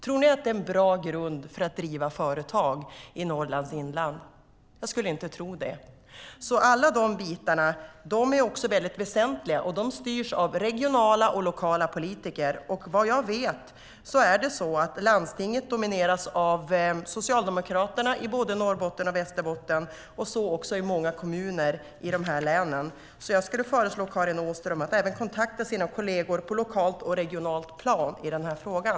Tror ni att det är en bra grund för att driva företag i Norrlands inland? Jag skulle inte tro det. Alla de här bitarna är väsentliga, och de styrs av regionala och lokala politiker. Vad jag vet domineras landstinget av Socialdemokraterna i både Västerbotten och Norrbotten och så också i många kommuner i de här länen. Jag skulle föreslå Karin Åström att även kontakta sina kolleger på lokalt och regionalt plan i den här frågan.